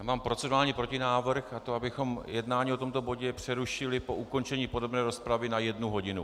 Mám procedurální protinávrh, a to abychom jednání o tomto bodu přerušili po ukončení podrobné rozpravy na jednu hodinu.